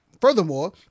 Furthermore